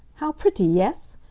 how pretty, yes?